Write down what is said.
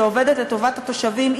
שעובדת לטובת התושבים,